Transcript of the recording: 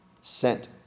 sent